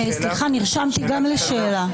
סליחה, אני נרשמתי גם לשאלה.